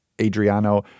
Adriano